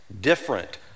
different